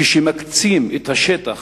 כשמקצים את השטח